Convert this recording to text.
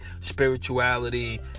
spirituality